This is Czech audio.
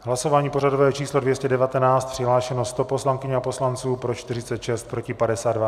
Hlasování pořadové číslo 219, přihlášeno 100 poslankyň a poslanců, pro 46, proti 52.